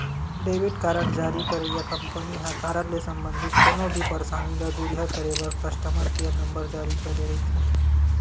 debit card जारी करइया company ह कारड ले संबंधित कोनो भी परसानी ल दुरिहा करे बर कस्टमर केयर नंबर जारी करे रहिथे